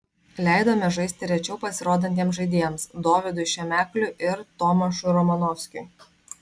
leidome žaisti rečiau pasirodantiems žaidėjams dovydui šemekliui ir tomašui romanovskiui